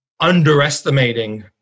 underestimating